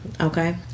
okay